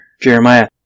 Jeremiah